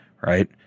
right